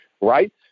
Right